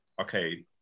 Okay